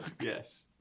yes